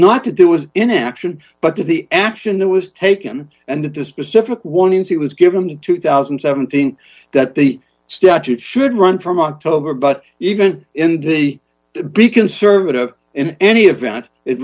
not to do was in action but that the action that was taken and that the specific warnings he was given in two thousand and seventeen that the statute should run from october but even in the be conservative in any event it